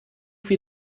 viel